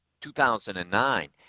2009